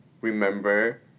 remember